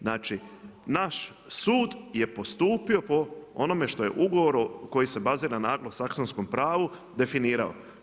Znači, naš sud je postupio po onome što je ugovor koji se bazira na anglosaksonskom pravu definirao.